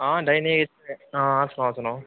हां डाइनिंग हां सनाओ सनाओ